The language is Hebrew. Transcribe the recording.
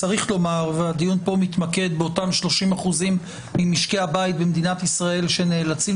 צריך לומר והדיון פה מתמקד באותם 30% ממשקי הבית בישראל שנאלצים